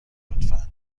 لطفا